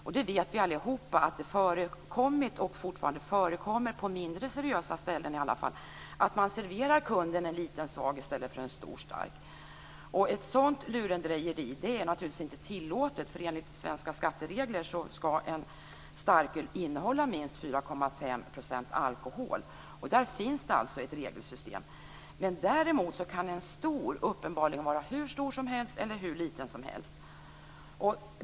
Vi vet alla att det har förekommit, och fortfarande förekommer på i alla fall mindre seriösa ställen att man serverar kunden en liten svag i stället för en stor stark. Ett sådant lurendrejeri är naturligtvis inte tillåtet, för enligt svenska skatteregler ska en starköl innehålla minst 4,5 % alkohol. Där finns det alltså ett regelsystem. Däremot kan "stor" uppenbarligen betyda hur stor eller liten som helst.